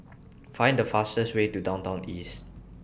Find The fastest Way to Downtown East